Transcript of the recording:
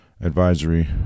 advisory